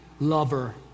lover